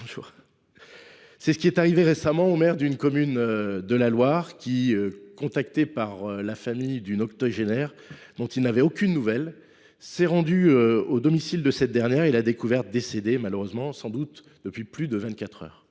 C’est ce qui est arrivé récemment au maire d’une commune de la Loire, qui, contacté par la famille d’une octogénaire dont elle n’avait aucune nouvelle, s’est rendu au domicile de cette dernière et l’a malheureusement découverte décédée, sans doute depuis plus de vingt